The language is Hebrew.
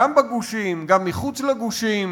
גם בגושים גם מחוץ לגושים.